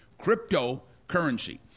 cryptocurrency